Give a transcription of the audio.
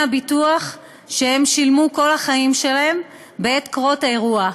הביטוח שהם שילמו כל החיים שלהם בעת קרות אירוע.